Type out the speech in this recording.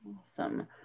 Awesome